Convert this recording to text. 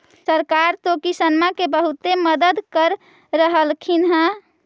सरकार तो किसानमा के बहुते मदद कर रहल्खिन ह?